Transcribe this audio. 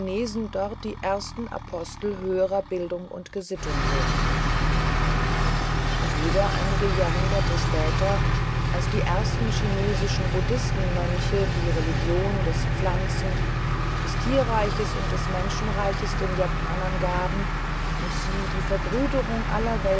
dort die ersten apostel höherer bildung und gesittung wurden und wieder einige jahrhunderte später als die ersten chinesischen buddhisten mönche die religion des pflanzen des tierreiches und des menschenreiches den japanern gaben und sie die verbrüderung